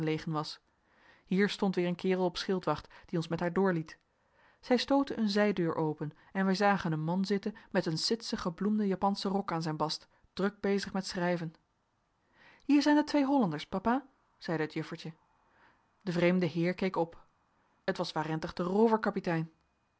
was hier stond weer een kerel op schildwacht die ons met haar doorliet zij stootte een zijdeur open en wij zagen een man zitten met een sitsen gebloemden japanschen rok aan zijn bast druk bezig met schrijven hier zijn de twee hollanders papa zeide het juffertje de vreemde heer keek op het was